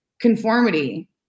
conformity